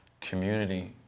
community